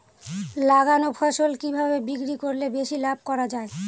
লাগানো ফসল কিভাবে বিক্রি করলে বেশি লাভ করা যায়?